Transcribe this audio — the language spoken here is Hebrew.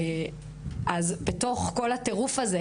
אז בתוך כל הטירוף הזה,